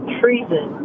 treason